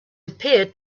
appeared